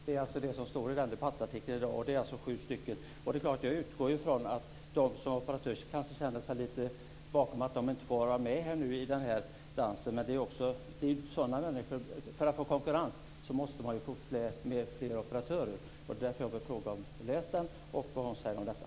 Det är detta som står i debattartikeln i dag skriven av sju operatörer. Jag utgår från att de som operatörer känner sig lite bakom när de inte får vara med i dansen. För att det ska bli konkurrens måste det vara fler operatörer. Det är därför jag frågar om Monica Green har läst artikeln och vad hon säger om detta.